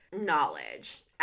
knowledge